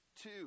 Two